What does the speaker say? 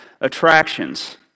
attractions